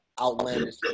outlandish